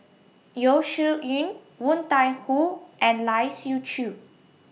Yeo Shih Yun Woon Tai Ho and Lai Siu Chiu